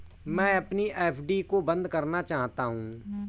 मैं अपनी एफ.डी को बंद करना चाहता हूँ